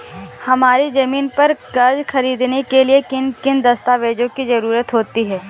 हमारी ज़मीन पर कर्ज ख़रीदने के लिए किन किन दस्तावेजों की जरूरत होती है?